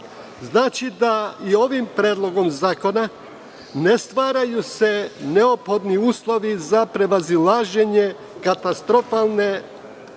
Znači, da i ovim Predlogom zakona ne stvaraju se neophodni uslovi za prevazilaženje katastrofalne